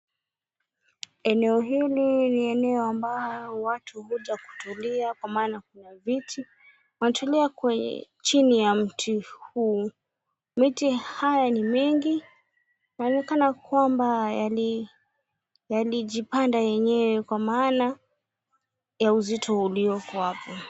Eneo hili ni eneo ambayo watu huja kutulia, kwa maana kuna viti. Wanatulia kwenye chini ya mti huu. Miti haya ni mengi. Inaonekana kwamba yali yalijipanda yenyewe kwa maana ya uzito ulioko hapo.